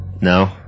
No